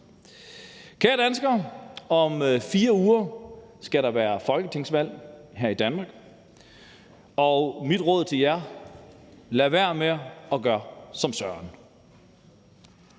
Kære danskere, om 4 uger skal der være folketingsvalg her i Danmark, og mit råd til jer er: Lad være med at gøre som Søren.